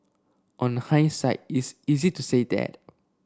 on hindsight it's easy to say that